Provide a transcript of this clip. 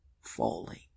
falling